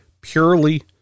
purely